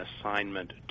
assignment